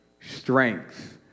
strength